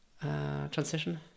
Transition